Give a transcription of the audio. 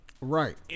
right